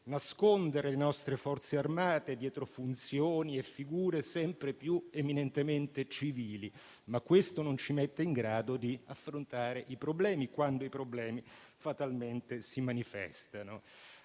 nascondere le nostre Forze armate, dietro funzioni e figure sempre più eminentemente civili, ma questo non ci mette in grado di affrontare i problemi, quando essi fatalmente si manifestano.